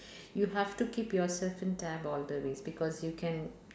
you have to keep yourself in tab all the way because you can